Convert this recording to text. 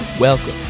Welcome